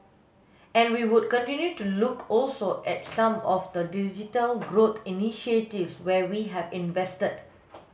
and we would continue to look also at some of the digital growth initiatives where we have invested